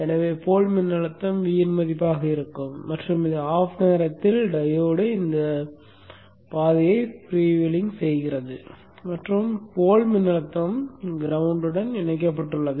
எனவே போல் மின்னழுத்தம் Vin மதிப்பாக இருக்கும் மற்றும் இது off நேரத்தில் டையோடு இந்த பாதையை ஃப்ரீவீலிங் செய்கிறது மற்றும் போல் மின்னழுத்தம் கிரௌண்டில் இணைக்கப்பட்டுள்ளது